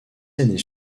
années